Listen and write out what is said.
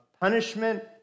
punishment